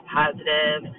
positive